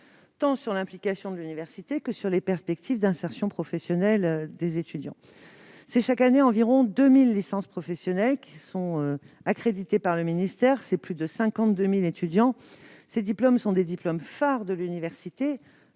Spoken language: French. tant sur l'implication de l'université que sur les perspectives d'insertion professionnelle des étudiants. Chaque année, environ 2 000 licences professionnelles sont accréditées par le ministre, ce qui représente plus de 52 000 étudiants. Il s'agit d'un diplôme phare de l'université,